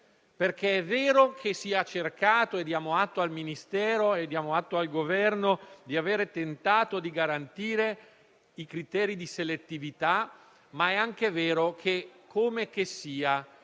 perché è vero che si è cercato - e diamo atto al Ministero e al Governo - di garantire i criteri di selettività, ma è anche vero che, come che sia,